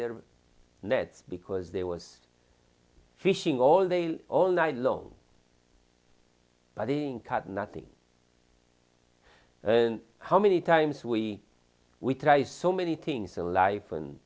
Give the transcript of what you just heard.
their nets because there was fishing all they all night long putting cut nothing how many times we we try so many things in life and